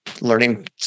learning